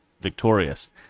victorious